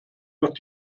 wird